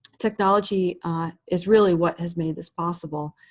technology is really what has made this possible.